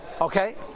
okay